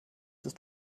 ist